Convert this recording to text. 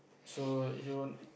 so you